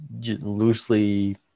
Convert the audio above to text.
loosely